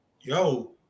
yo